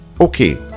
okay